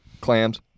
Clams